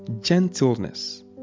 gentleness